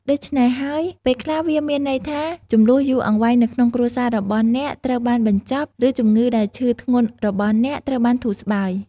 ដូច្នេះហើយពេលខ្លះវាមានន័យថា ជម្លោះយូរអង្វែងនៅក្នុងគ្រួសាររបស់អ្នកត្រូវបានបញ្ចប់ ឬជំងឺដែលឈឺធ្ងន់របស់អ្នកត្រូវបានធូរស្បើយ។